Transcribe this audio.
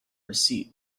receipt